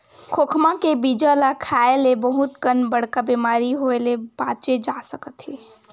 खोखमा के बीजा ल खाए ले बहुत कन बड़का बेमारी होए ले बाचे जा सकत हे